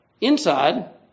Inside